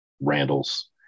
Randall's